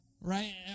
Right